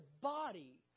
body